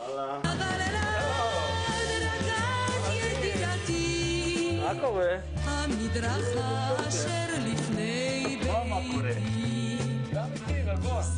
ה-4 בינואר 2021. אנחנו כברק בתקופת הבחירות ובכל